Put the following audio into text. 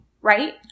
right